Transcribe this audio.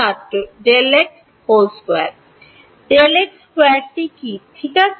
ছাত্র Δx 2 Δx 2 টি ঠিক আছে